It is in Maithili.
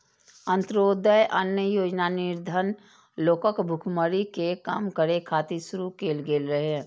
अंत्योदय अन्न योजना निर्धन लोकक भुखमरी कें कम करै खातिर शुरू कैल गेल रहै